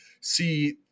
see